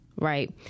right